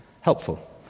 helpful